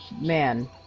man